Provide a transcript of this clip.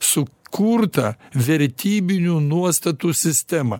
sukurtą vertybinių nuostatų sistemą